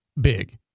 big